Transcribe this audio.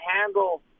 handle –